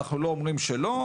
אנחנו לא אומרים שלא,